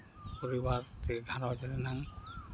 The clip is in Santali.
ᱯᱚᱨᱤᱵᱟᱨ ᱥᱮ ᱜᱷᱟᱨᱚᱸᱡᱽ ᱨᱮᱱᱟᱜ